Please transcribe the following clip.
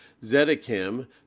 Zedekim